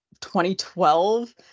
2012